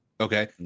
Okay